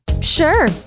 Sure